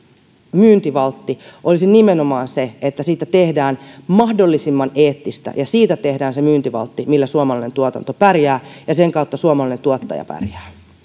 myyntivaltti olisi nimenomaan se että siitä tehdään mahdollisimman eettistä ja siitä tehdään se myyntivaltti millä suomalainen tuotanto pärjää ja sen kautta suomalainen tuottaja pärjää